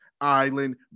Island